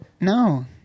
No